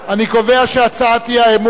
אני קובע שהצעת אי-האמון,